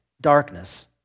darkness